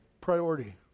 priority